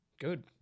Good